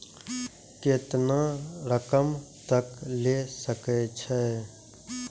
केतना रकम तक ले सके छै?